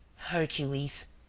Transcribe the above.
hercules.